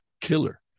killer